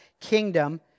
kingdom